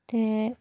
ते